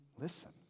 listen